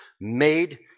made